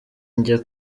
njya